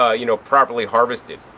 ah you know, properly harvested.